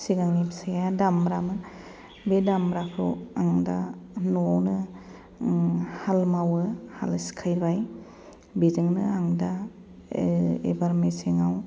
सिगांनि फिसाया दामब्रामोन बे दामब्राखौ आं दा न'आवनो हाल मावो हाल सिखायबाय बेजोंनो आं दा एबार मेसेङाव